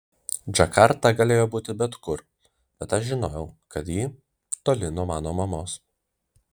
džakarta galėjo būti bet kur bet aš žinojau kad ji toli nuo mano mamos